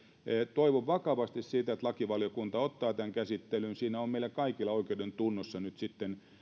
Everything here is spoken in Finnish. toivon vakavasti sitä että lakivaliokunta ottaa tämän käsittelyyn siinä on meillä kaikilla oikeudentunnossa nyt sitten